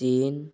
ଦିନ୍